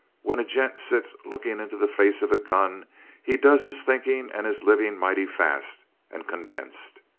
when a gent sits looking into the face of a gun he does his thinking and his living mighty fast and condensed.